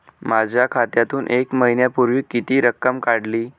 माझ्या खात्यातून एक महिन्यापूर्वी किती रक्कम काढली?